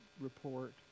report